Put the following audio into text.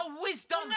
wisdom